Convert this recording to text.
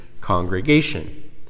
congregation